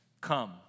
come